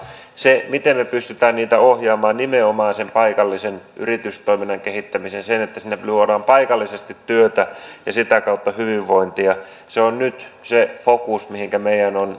miten me pystymme niitä ohjaamaan nimenomaan sen paikallisen yritystoiminnan kehittämiseen siihen että sinne luodaan paikallisesti työtä ja sitä kautta hyvinvointia se on nyt se fokus mihinkä